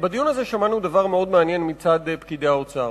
בדיון הזה שמענו דבר מאוד מעניין מצד פקידי האוצר.